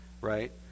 right